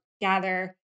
gather